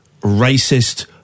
racist